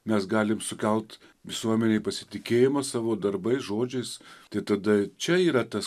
mes galim sukelt visuomenėj pasitikėjimą savo darbais žodžiais tai tada čia yra tas